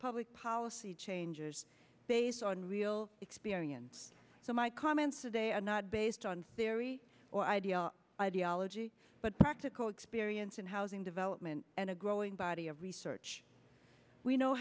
public policy changes based on real experience so my comments today are not based on theory or idea ideology but practical experience in housing development and a growing body of research we know